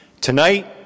Tonight